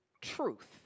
truth